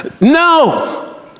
No